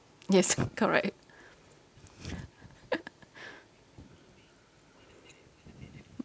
yes correct